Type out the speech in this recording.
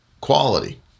quality